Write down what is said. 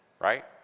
Right